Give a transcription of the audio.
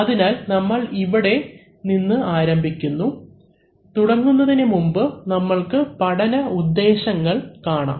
അതിനാൽ നമ്മൾ ഇവിടെ നിന്ന് ആരംഭിക്കുന്നു തുടങ്ങുന്നതിനുമുമ്പ് നമ്മൾക്ക് പഠന ഉദ്ദേശങ്ങൾ നോക്കാം